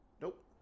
nope